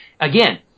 again